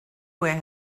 where